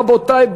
רבותי,